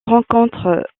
rencontre